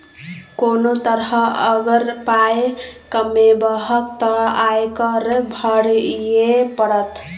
कोनो तरहे अगर पाय कमेबहक तँ आयकर भरइये पड़त